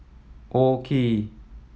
OKI